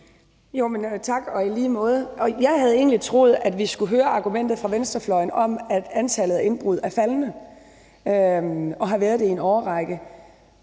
(KF): Tak og i lige måde. Jeg havde egentlig troet, at vi fra venstrefløjen skulle høre argumentet om, at antallet af indbrud er faldende og har været det i en årrække.